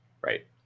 right